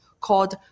called